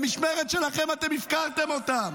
במשמרת שלכם אתם הפקרתם אותם.